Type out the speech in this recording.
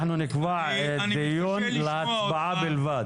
אנחנו נקבע דיון להצבעה בלבד.